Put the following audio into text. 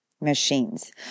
machines